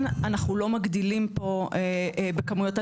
אנחנו לא מגדילים פה בכמויות,